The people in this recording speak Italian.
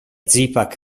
zipak